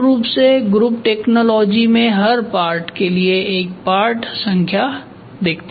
तो मूल रूप से ग्रुप टेक्नोलॉजी में हर पार्ट के लिए आप एक पार्ट संख्या देखते है